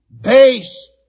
base